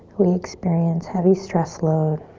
we experience heavy stress load.